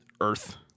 Earth